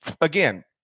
again